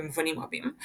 במובנים רבים,